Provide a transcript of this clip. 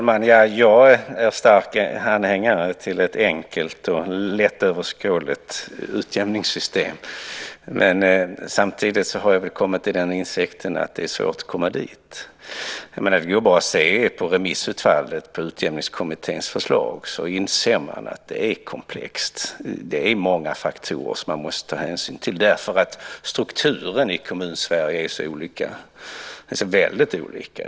Herr talman! Jag är stark anhängare till ett enkelt och lättöverskådligt utjämningssystem. Samtidigt har jag kommit till insikten att det är svårt att komma dit. Det är bara att se på remissutfallet av Utjämningskommitténs förslag - då inser man att det är komplext. Det är många faktorer som man måste ta hänsyn till därför att strukturerna i Kommun-Sverige är så olika.